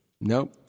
Nope